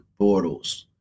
Bortles